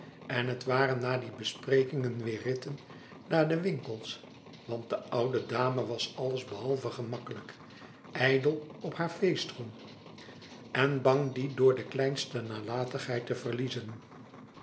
en het waren na die besprekingen weêr ritten naar de winkels want de oude dame was alles behalve gemakkelijk ijdel op haar feestroem en bang dien door de kleinste nalatigheid te verliezen